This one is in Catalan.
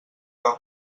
van